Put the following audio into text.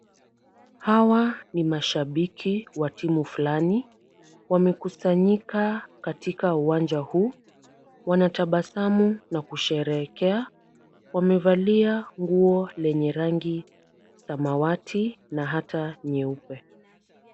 Hawa ni mashabiki wa timu flani, wamekusanyika katika uwanja huu, wanatabasamu na kusherehekea, wamevalia nguo lenye rangi samawati na hata nyeupe.